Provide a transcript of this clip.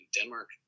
Denmark